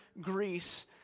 Greece